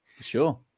Sure